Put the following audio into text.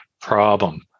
problem